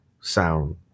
sound